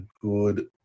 good